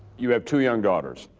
you have two young daughters.